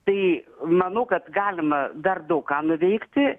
tai manau kad galima dar daug ką nuveikti